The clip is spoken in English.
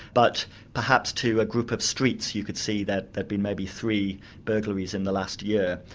but perhaps to a group of streets, you could see that there'd been maybe three burglaries in the last year.